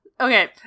Okay